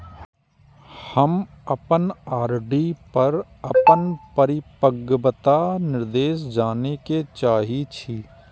हम अपन आर.डी पर अपन परिपक्वता निर्देश जाने के चाहि छी